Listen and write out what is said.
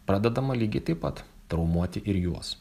pradedama lygiai taip pat traumuoti ir juos